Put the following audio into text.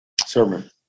sermon